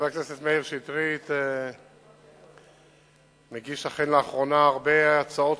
חבר הכנסת מאיר שטרית מגיש לאחרונה הרבה הצעות